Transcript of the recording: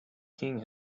king